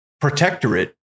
protectorate